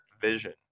vision